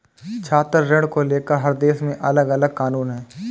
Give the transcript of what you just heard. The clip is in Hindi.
छात्र ऋण को लेकर हर देश में अलगअलग कानून है